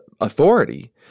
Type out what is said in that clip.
authority